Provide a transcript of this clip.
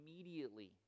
immediately